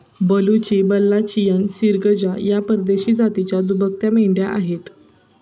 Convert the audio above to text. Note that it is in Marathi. बलुची, बल्लाचियन, सिर्गजा या परदेशी जातीच्या दुभत्या मेंढ्या आहेत